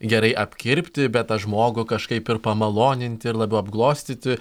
gerai apkirpti bet tą žmogų kažkaip ir pamaloninti ir labiau apglostyti